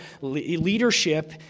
leadership